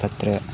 तत्र